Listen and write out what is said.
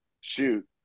shoot